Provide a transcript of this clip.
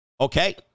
okay